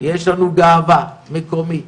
יש לנו גאווה מקומית,